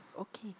Okay